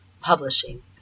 Publishing